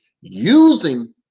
using